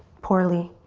poorly.